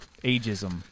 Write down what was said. ageism